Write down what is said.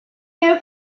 here